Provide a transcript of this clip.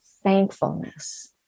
Thankfulness